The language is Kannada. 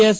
ಎಸ್